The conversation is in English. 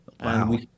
Wow